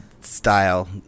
style